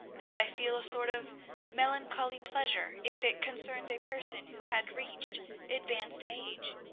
and i feel a sort of melancholy pleasure if it concerns a person who had reached advanced age.